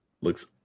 looks